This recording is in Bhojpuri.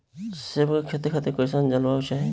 सेब के खेती खातिर कइसन जलवायु चाही?